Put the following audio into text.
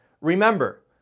Remember